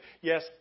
Yes